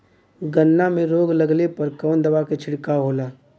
गन्ना में रोग लगले पर कवन दवा के छिड़काव होला?